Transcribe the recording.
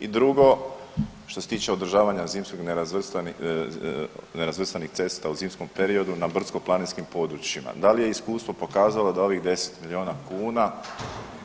I drugo, što se tiče održavanja nerazvrstanih cesta u zimskom periodu na brdsko-planinskim područjima, da li je iskustvo pokazalo da ovih 10 milijuna kuna